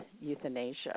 euthanasia